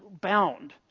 bound